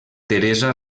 teresa